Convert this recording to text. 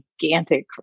gigantic